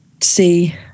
see